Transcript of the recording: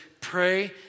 pray